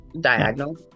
Diagonal